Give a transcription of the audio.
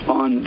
on